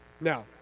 Now